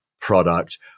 product